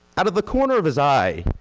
out of the corner of his eye,